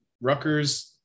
Rutgers